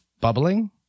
bubbling